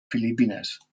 filipinas